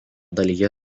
dalyje